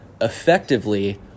effectively